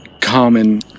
common